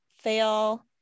fail